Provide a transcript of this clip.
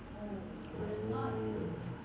oh